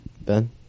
Ben